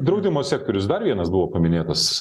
draudimo sektorius dar vienas buvo paminėtas